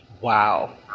Wow